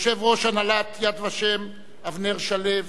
יושב-ראש הנהלת "יד ושם" אבנר שלו,